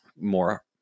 more